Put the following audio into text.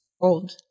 old